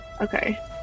Okay